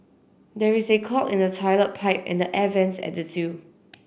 there is a clog in the toilet pipe and the air vents at the zoo